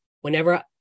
whenever